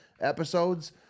episodes